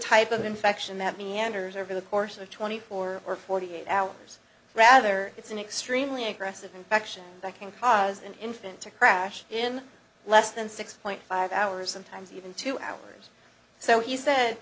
type of infection that meanders over the course of twenty four or forty eight hours rather it's an extremely aggressive infection that can cause an infant to crash in less than six point five hours sometimes even two hours so he said